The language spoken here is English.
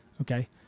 okay